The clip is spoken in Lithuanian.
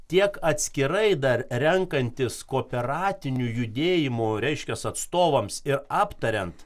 tiek atskirai dar renkantis kooperatinių judėjimų reiškiasi atstovams ir aptariant